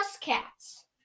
cats